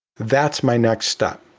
that's my next step.